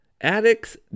Addicts